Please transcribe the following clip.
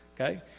Okay